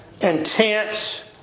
intense